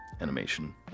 animation